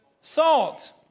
salt